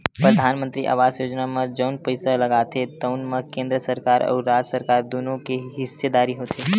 परधानमंतरी आवास योजना म जउन पइसा लागथे तउन म केंद्र सरकार अउ राज सरकार दुनो के हिस्सेदारी होथे